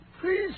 Please